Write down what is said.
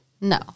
No